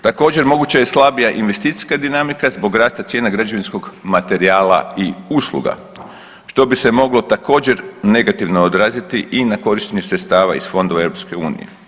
Također moguća je slabija investicijska dinamika zbog rasta cijena građevinskog materijala i usluga što bi se također moglo negativno odraziti i na korištenje sredstava iz fondova EU.